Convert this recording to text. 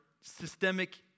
systemic